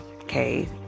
okay